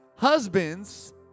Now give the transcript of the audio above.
Husbands